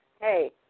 Hey